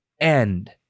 end